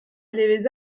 les